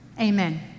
amen